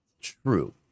True